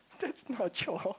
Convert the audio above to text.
that's not chores